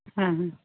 ᱦᱮᱸ ᱦᱮᱸ